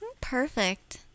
Perfect